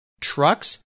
trucks